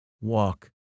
walk